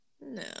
No